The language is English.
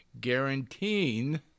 guaranteeing